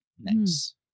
Nice